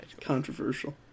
controversial